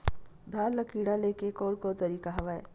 धान ल कीड़ा ले के कोन कोन तरीका हवय?